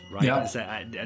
right